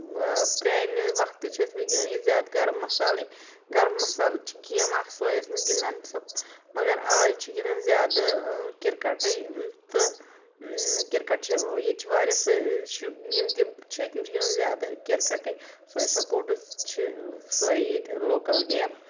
پرٛانہِ وقتہٕ چھِ ٲسۍ مٕتۍ گِنٛدان ییٚتہِ زیادٕ گَرَم مَسالٕے گَرَم مَسال چھِ گیم اَکھ سوے ٲسۍ مٕتۍ گِنٛدان سۄ مگر اَز چھِ گِنٛدان زیادٕ کِرکَٹٕے تہٕ کِرکَٹ چھِ ییٚتہِ چھِ واریاہ یِم تہِ چھِ تِم چھِ گِنٛدان زیادٕ کِرکَٹٕے سوے سپوٹٕس چھِ سوے ییٚتہِ لوکَل گیم